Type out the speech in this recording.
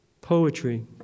Poetry